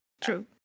true